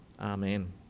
Amen